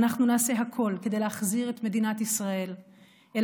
ואנחנו נעשה הכול כדי להחזיר את מדינת ישראל אל